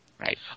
Right